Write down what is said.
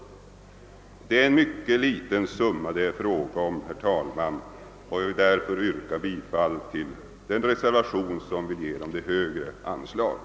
Det rör sig om en mycket liten summa, herr talman, och jag vill därför yrka bifall till den reservation H a som avser att ge samerna det högre anslaget.